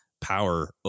power